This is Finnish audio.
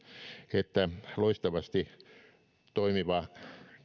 että loistavasti toimiva